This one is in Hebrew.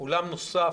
עולם נוסף